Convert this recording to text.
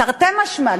תרתי משמע,